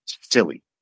silly